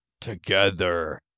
Together